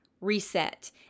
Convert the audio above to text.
reset